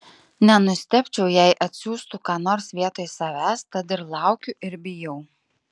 nenustebčiau jei atsiųstų ką nors vietoj savęs tad ir laukiu ir bijau